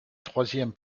troisième